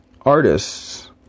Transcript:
artists